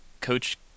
Coach